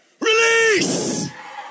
Release